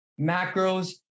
macros